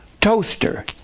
toaster